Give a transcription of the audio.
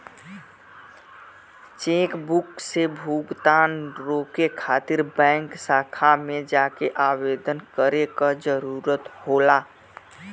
chequebook से भुगतान रोके खातिर बैंक शाखा में जाके आवेदन करे क जरुरत होला